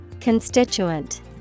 Constituent